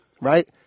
right